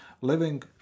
living